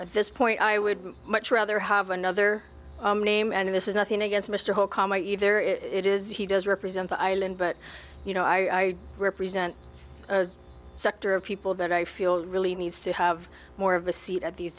at this point i would much rather have another name and this is nothing against mr holcombe either if it is he does represent the island but you know i represent a sector of people that i feel really needs to have more of a seat at these